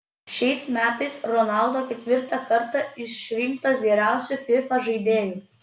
šiais metais ronaldo ketvirtą kartą išrinktas geriausiu fifa žaidėju